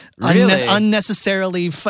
unnecessarily